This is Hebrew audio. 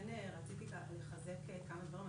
רציתי לחזק כמה דברים.